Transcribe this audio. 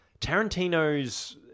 Tarantino's